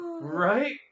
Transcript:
Right